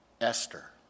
Esther